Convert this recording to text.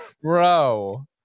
bro